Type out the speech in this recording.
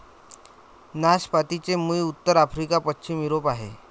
नाशपातीचे मूळ उत्तर आफ्रिका, पश्चिम युरोप आहे